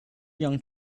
young